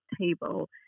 table